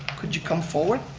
could you come forward?